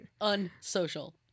Unsocial